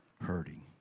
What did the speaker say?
hurting